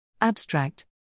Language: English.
Abstract